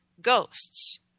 ghosts